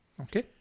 Okay